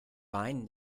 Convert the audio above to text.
rhein